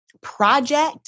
project